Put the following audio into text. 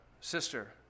sister